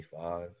25